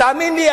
תאמין לי,